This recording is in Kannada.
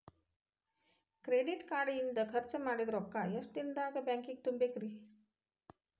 ಕ್ರೆಡಿಟ್ ಕಾರ್ಡ್ ಇಂದ್ ಖರ್ಚ್ ಮಾಡಿದ್ ರೊಕ್ಕಾ ಎಷ್ಟ ದಿನದಾಗ್ ಬ್ಯಾಂಕಿಗೆ ತುಂಬೇಕ್ರಿ?